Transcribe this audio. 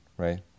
Right